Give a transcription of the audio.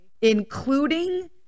Including